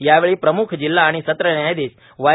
यावेळी प्रमुख जिल्हा आणि सत्र न्यायाधीश वाय